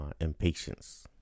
impatience